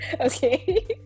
Okay